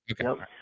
okay